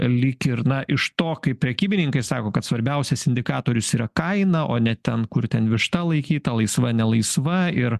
lyg ir na iš to kaip prekybininkai sako kad svarbiausias indikatorius yra kaina o ne ten kur ten višta laikyta laisva nelaisva ir